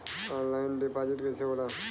Online deposit कैसे होला?